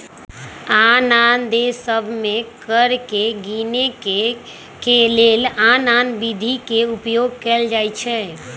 आन आन देश सभ में कर के गीनेके के लेल आन आन विधि के उपयोग कएल जाइ छइ